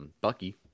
Bucky